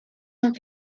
amb